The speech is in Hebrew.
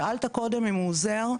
שאלת קודם אם הוא עוזר.